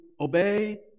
obey